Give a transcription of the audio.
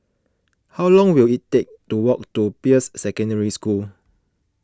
how long will it take to walk to Peirce Secondary School